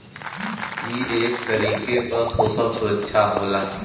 ई एक तरीके क सोसल सुरक्षा होला